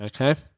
okay